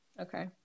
Okay